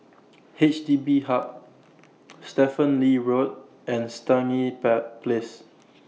H D B Hub Stephen Lee Road and Stangee Place